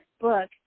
book